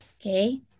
okay